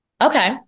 Okay